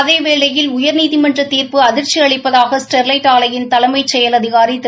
அதேவேளையில் உயர்நீதிமன்றத் தீர்ப்பு அதிர்க்சி அளிப்பதாக ஸ்டெர்வைட் ஆவையின் தலைமைச் செயல் அதிகாரி திரு